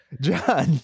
John